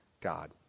God